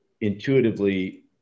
intuitively